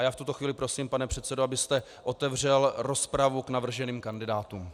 V tuto chvíli prosím, pane předsedo, abyste otevřel rozpravu k navrženým kandidátům.